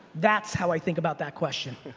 that's how i think about that question.